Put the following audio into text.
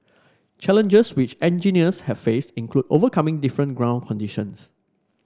challenges which engineers have faced include overcoming different ground conditions